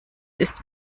ist